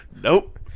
Nope